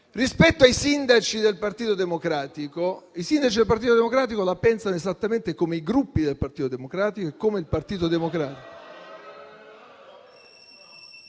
Renzi. I sindaci del Partito Democratico, che sono stati evocati, la pensano esattamente come i Gruppi del Partito Democratico e come il Partito Democratico